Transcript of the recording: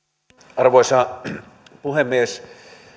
arvoisa puhemies